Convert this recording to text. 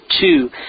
two